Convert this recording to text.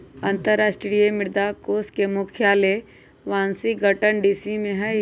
अंतरराष्ट्रीय मुद्रा कोष के मुख्यालय वाशिंगटन डीसी में हइ